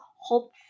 Hope